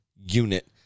unit